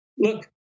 Look